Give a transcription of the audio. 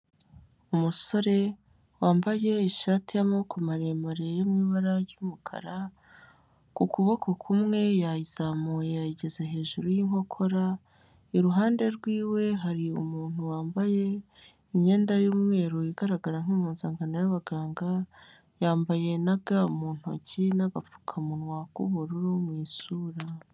Umusore wambaye ishati y'amaboko maremare yo mu ibara ry'umukara, ku kuboko kumwe yayizamuye ageze hejuru y'inkokora, iruhande rwiwe hari umuntu wambaye imyenda y'umweru igaragara nk' impuzankano y'abaganga, yambaye na ga mu ntoki n'agapfukamunwa k'ubururu mu isura.